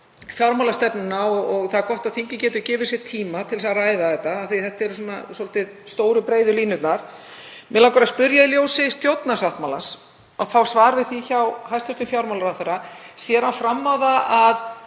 fjármálastefnuna, og það er gott að þingið getur gefið sér tíma til að ræða þetta af því að þetta eru svona stóru breiðu línurnar. Mig langar að spyrja í ljósi stjórnarsáttmálans, langar að fá svar við því hjá hæstv. fjármálaráðherra: Sér hann fram á það að